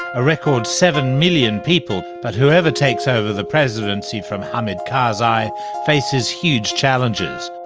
a record seven million people. but whoever takes over the presidency from hamid karzai faces huge challenges.